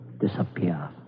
disappear